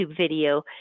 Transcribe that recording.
video